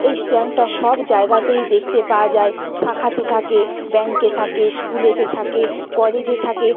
এই স্ট্যাম্পটা সব জায়গাতেই দেখতে পাওয়া যায় শাখাতে থাকে ব্যাংকে থাকে স্কুলেতে থাকে কলেজে থাকে